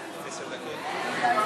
הפרסומת והשיווק של מוצרי טבק (תיקון מס' 7),